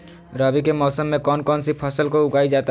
रवि के मौसम में कौन कौन सी फसल को उगाई जाता है?